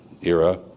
era